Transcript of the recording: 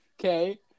Okay